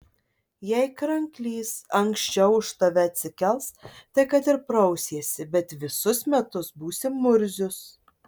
jei kranklys anksčiau už tave atsikels tai kad ir prausiesi bet visus metus būsi murzius